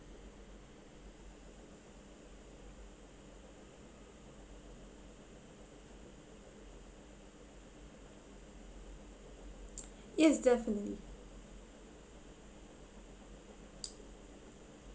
yes definitely